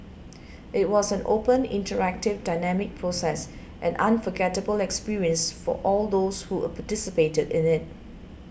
it was an open interactive dynamic process an unforgettable experience for all those who participated in it